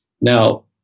Now